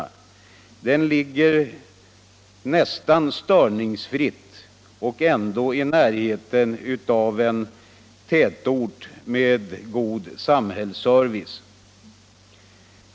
Förbandet ligger nästan störningsfritt och ändå i närheten av en tätort med god samhällsservice.